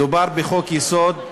מדובר בחוק-יסוד,